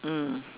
mm